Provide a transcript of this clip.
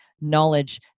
knowledge